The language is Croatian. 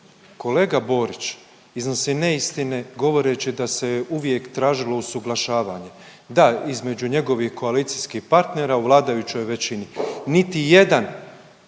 Kolega Borić iznosi neistine govoreći da se je uvijek tražilo usuglašavanje. Da, između njegovih koalicijskih partnera u vladajućoj većini. Niti jedan